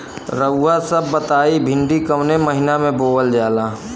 रउआ सभ बताई भिंडी कवने महीना में बोवल जाला?